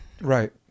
right